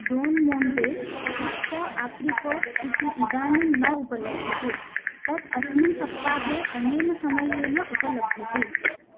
done Monte शुष्क apricot इति इदानीं न उपलभ्यते तत् अस्मिन् सप्ताहे अनेन समयेन उपलभ्यते